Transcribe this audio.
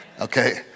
Okay